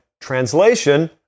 Translation